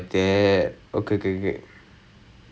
uh they so shock they were like they were like